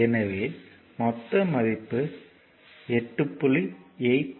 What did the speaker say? எனவே மொத்தம் மடிப்பு 8